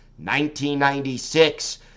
1996